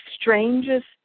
strangest